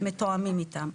מתואמים איתם.